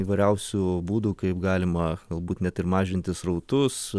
įvairiausių būdų kaip galima galbūt net ir mažinti srautus